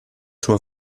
sua